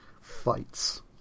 Fights